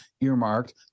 earmarked